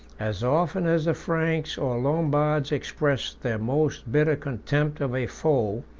as often as the franks or lombards expressed their most bitter contempt of a foe,